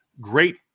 great